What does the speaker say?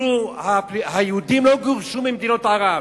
כאילו היהודים לא גורשו ממדינות ערב,